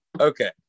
Okay